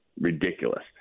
ridiculous